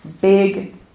big